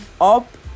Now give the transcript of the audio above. up